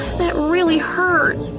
that really hurt!